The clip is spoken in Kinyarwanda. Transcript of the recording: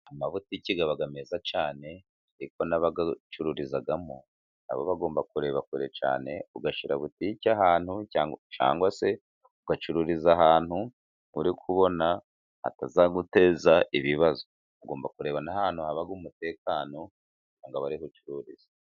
Amabutike aba meza cyane, ariko n'abayacururizamo bagomba kureba kure cyane. Ugashyira butike ahantu cyangwa se ugacururiza ahantu uri kubona hatazaguteza ibibazo. Ugomba kureba n'ahantu haba umutekano akaba ariho ucururiza.